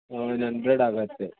seven hundred ಆಗತ್ತೆ